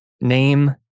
Name